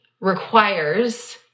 requires